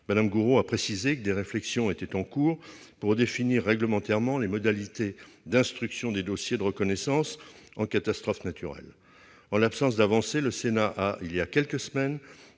Mme Gourault a précisé que des réflexions étaient en cours pour définir réglementairement les modalités d'instruction des dossiers de reconnaissance en catastrophe naturelle. En l'absence d'avancée, le Sénat a, il y a quelques semaines,